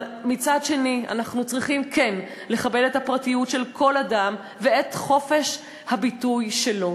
אנחנו צריכים כן לכבד את הפרטיות של כל אדם ואת חופש הביטוי שלו,